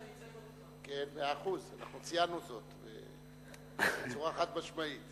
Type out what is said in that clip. מאה אחוז, ציינו זאת בצורה חד-משמעית.